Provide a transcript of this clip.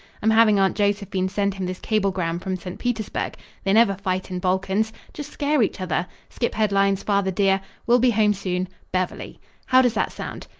i'm having aunt josephine send him this cablegram from st. petersburg they never fight in balkans. just scare each other. skip headlines, father dear. will be home soon. beverly how does that sound?